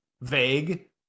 vague